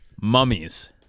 Mummies